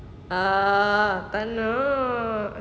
ah tak nak